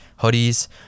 hoodies